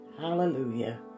Hallelujah